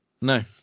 no